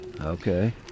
Okay